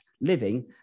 living